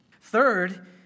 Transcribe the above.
Third